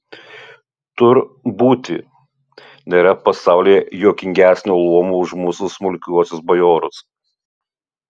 tur būti nėra pasaulyje juokingesnio luomo už mūsų smulkiuosius bajorus